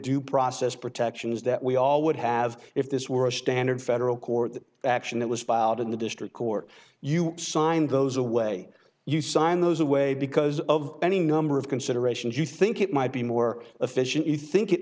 due process protections that we all would have if this were a standard federal court action that was filed in the district court you signed those away you signed those away because of any number of considerations you think it might be more efficient you think it